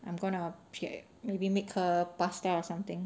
I'm gonna pay~ maybe make her pasta or something